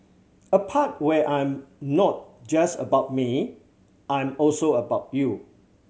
a part where I'm not just about me I'm also about you